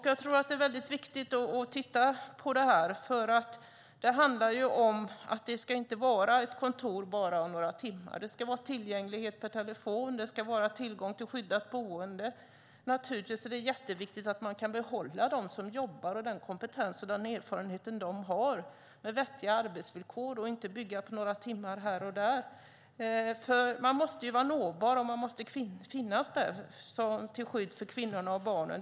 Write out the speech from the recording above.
Jag tror att det är viktigt att titta på detta. Det ska inte vara bara ett kontor i några timmar. Det ska vara tillgänglighet per telefon, och det ska vara tillgång till skyddat boende. Det är naturligtvis viktigt att man med vettiga arbetsvillkor kan behålla dem som jobbar där och har kompetens och erfarenhet. Det ska inte bygga på några timmar här och där. Man måste vara nåbar och man måste finnas där till skydd för kvinnorna och barnen.